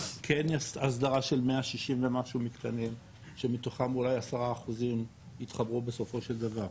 כן אסדרה של 160 ומשהו מתקנים שמתוכם אולי 10% יתחברו בסופו של דבר.